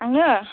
आङो